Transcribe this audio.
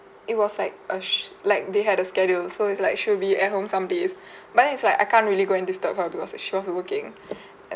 it was like a sc~ like they had a schedule so it's like she'll be at home some days but then it's like I can't really go and disturb her because she was working and